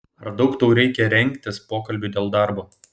ar daug tau reikia rengtis pokalbiui dėl darbo